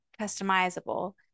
customizable